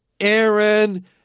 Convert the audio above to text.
Aaron